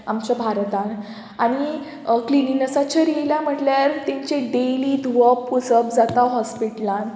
आमच्या भारतान आनी क्लिनिनेसाचेर येयल्या म्हटल्यार तांचे डेली धुवप पुसप जाता हॉस्पिटलांत